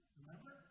Remember